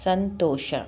ಸಂತೋಷ